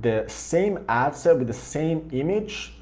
the same ad set with the same image,